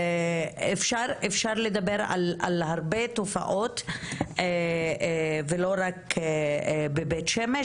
אפשר לדבר על הרבה תופעות ולא רק בבית שמש.